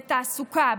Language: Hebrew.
בתעסוקה,